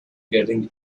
getting